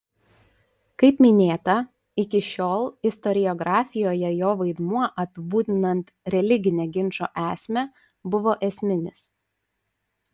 kaip minėta iki šiol istoriografijoje jo vaidmuo apibūdinant religinę ginčo esmę buvo esminis